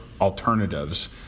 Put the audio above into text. alternatives